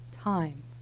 time